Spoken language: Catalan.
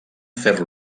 fer